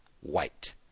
white